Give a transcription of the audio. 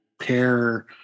pair